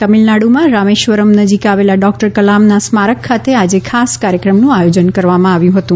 તમિલનાડુમાં રામેશ્વરમ નજીક આવેલા ડોક્ટર કલામના સ્મારક ખાતે આજે ખાસ કાર્યક્રમનું આયોજન કરવામાં આવ્યું હતું